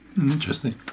Interesting